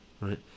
right